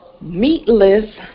meatless